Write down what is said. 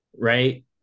right